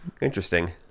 Interesting